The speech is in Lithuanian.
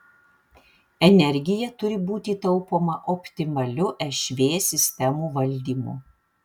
energija turi būti taupoma optimaliu šv sistemų valdymu